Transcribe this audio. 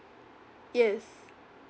yes